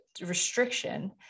restriction